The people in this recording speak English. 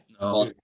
no